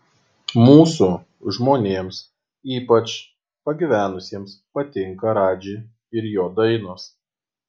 mūsų žmonėms ypač pagyvenusiems patinka radži ir jo dainos